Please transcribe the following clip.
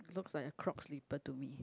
looks like a Croc slipper to me